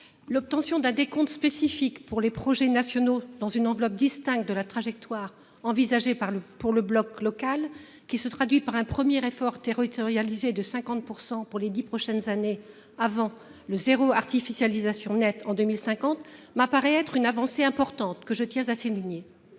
L'obtention d'un décompte spécifique pour les projets nationaux dans une enveloppe distincte de la trajectoire envisagée par le pour le bloc local qui se traduit par un premier effort territorialisée de 50% pour les 10 prochaines années avant le zéro artificialisation nette en 2050 m'apparaît être une avancée importante que je tiens à souligner.